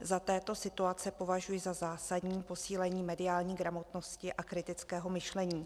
Za této situaci považuji za zásadní posílení mediální gramotnosti a kritického myšlení.